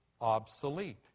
obsolete